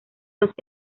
los